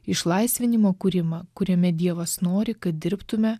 išlaisvinimo kūrimą kuriame dievas nori kad dirbtume